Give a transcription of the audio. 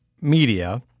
media